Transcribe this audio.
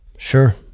Sure